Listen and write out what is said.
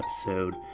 episode